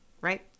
right